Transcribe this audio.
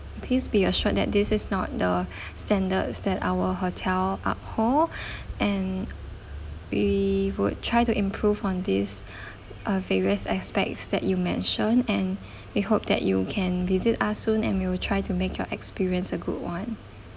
please be assured that this is not the standards that our hotel uphold and we would try to improve on this uh various aspects that you mentioned and we hope that you can visit us soon and we'll try to make your experience a good one